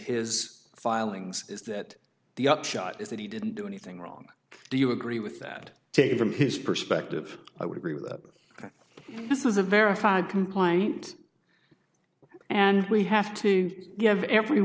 his filings is that the upshot is that he didn't do anything wrong do you agree with that tape from his perspective i would agree with that that this is a verified compliant and we have to have every